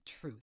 Truth